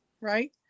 right